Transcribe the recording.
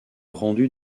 rendu